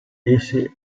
esce